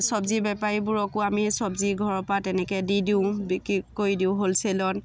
চব্জি বেপাৰীবোৰকো আমি চব্জি ঘৰৰ পৰা তেনেকৈ দি দিওঁ বিক্ৰী কৰি দিওঁ হ'লছেলত